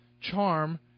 Charm